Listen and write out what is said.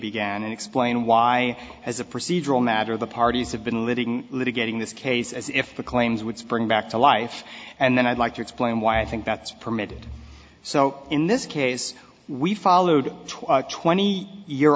began and explain why as a procedural matter the parties have been living litigating this case as if the claims would spring back to life and then i'd like to explain why i think that's permitted so in this case we followed the twenty year